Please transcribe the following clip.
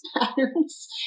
patterns